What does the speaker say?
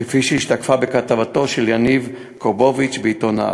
כפי שהשתקפו בכתבתו של יניב קובוביץ בעיתון "הארץ".